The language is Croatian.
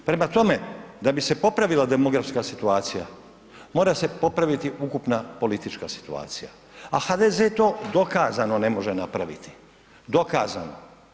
Prema tome, da bi se popravila demografska situacija mora se popraviti ukupna politička situacija, a HDZ to dokazano ne može napraviti, dokazano.